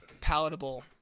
palatable